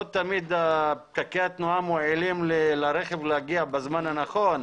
לא תמיד פקקי התנועה מאפשרים לרכב להגיע בזמן הנכון,